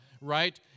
right